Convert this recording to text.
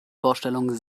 vorstellung